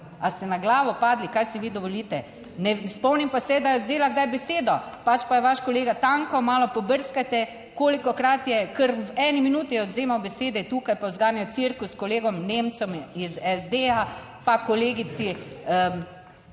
Ali ste na glavo padli, kaj si vi dovolite? Ne spomnim pa se, da je vzela kdaj besedo pač pa je vaš kolega Tanko, malo pobrskajte, kolikokrat je, kar v eni minuti je odvzemal besede tukaj pa zganjal cirkus s kolegom Nemcem iz SD pa kolegici